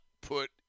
put